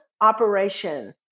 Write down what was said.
operation